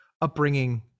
upbringing